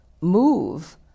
move